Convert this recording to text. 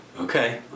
Okay